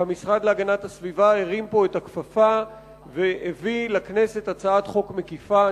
שהמשרד להגנת הסביבה הרים פה את הכפפה והביא לכנסת הצעת חוק מקיפה.